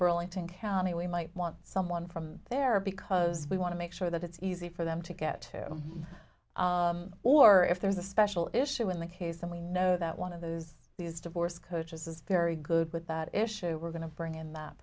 burlington county we might want someone from there because we want to make sure that it's easy for them to get or if there's a special issue in the case and we know that one of those these divorce coaches is very good with that issue we're going to bring in that